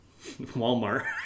Walmart